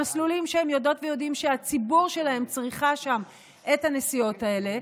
המסלולים שהם יודעות ויודעים שהציבור שלהם צריכה שם את הנסיעות האלה,